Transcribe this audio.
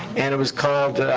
and it was called